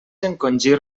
encongir